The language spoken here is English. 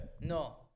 No